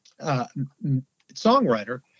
songwriter